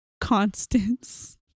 Constance